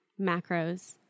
macros